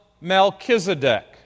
Melchizedek